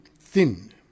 thin